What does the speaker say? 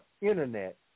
Internet